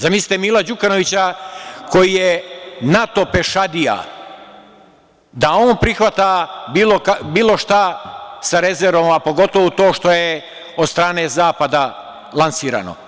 Zamislite, Mila Đukanovića koji je NATO pešadija, da on prihvata bilo šta sa rezervama, pogotovo to što je od strane Zapada lansirano.